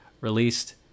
released